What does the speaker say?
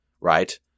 right